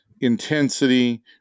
intensity